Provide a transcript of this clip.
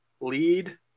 lead